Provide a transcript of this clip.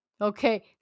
okay